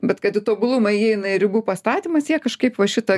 bet kad į tobulumą įeina ir ribų pastatymas jie kažkaip va šitą